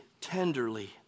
tenderly